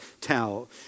tell